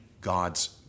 God's